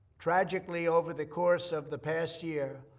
tragically, over the course of the past year,